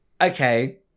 okay